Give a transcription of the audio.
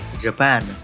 Japan